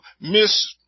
Miss